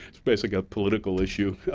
it's basically a political issue.